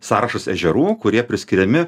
sąrašas ežerų kurie priskiriami